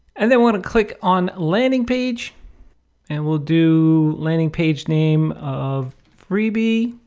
and then want to click on landing page and we'll do landing page, name of freebie